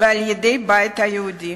ועל-ידי הבית היהודי.